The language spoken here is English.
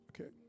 Okay